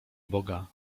boga